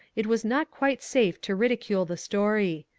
it was not quite safe to ridicule the story.